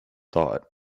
thought